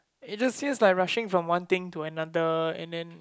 it just seems like rushing from one thing to another and then